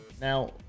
Now